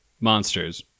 monsters